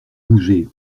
bouger